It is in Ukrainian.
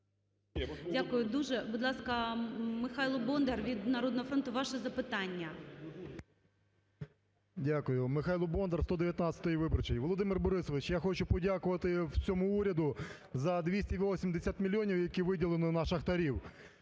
Дякую дуже. Будь ласка, Михайло Бондар від "Народного фронту", ваше запитання. 10:38:40 БОНДАР М.Л. Дякую. Михайло Бондар, 119-й виборчий. Володимир Борисович, я хочу подякувати цьому уряду за 280 мільйонів, які виділено на шахтарів.